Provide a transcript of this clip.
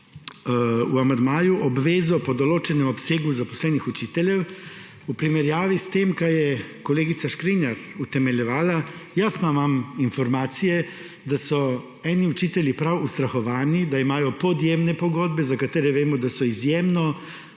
v amandmaju obvezo po določenem obsegu zaposlenih učiteljev. V primerjavi s tem, kar je kolegica Škrinjar utemeljevala, imam jaz informacije, da so eni učitelji prav ustrahovani, da imajo podjemne pogodbe, za katere vemo, da so izjemno